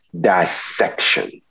dissection